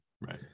right